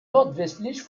nordwestlich